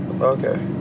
Okay